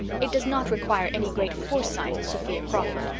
it does not require any great foresight, sophia crawford,